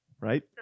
right